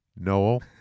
Noel